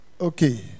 Okay